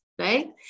Right